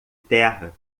terra